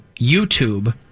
YouTube